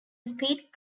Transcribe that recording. speed